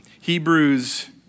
Hebrews